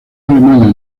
alemana